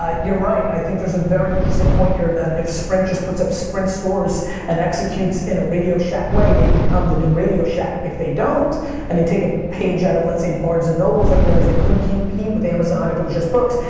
ah you're right. i think there's a very interesting point here that if sprint just puts up sprint stores and executes in a radio shack way they become the new radio shack. if they don't and they take a page out of let's say barnes and nobles, that realized they couldn't compete with amazon if it was just books,